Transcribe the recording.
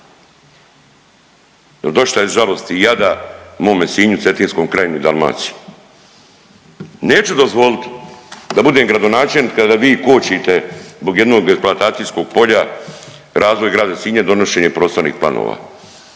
dosta je žalosti i jada mome Sinju, cetinskom kraju i Dalmaciji. Neću dozvolit da budem gradonačelnik kada vi kočite zbog jednog eksploatacijskog polja razvoj grada Sinja i donošenje prostornih planova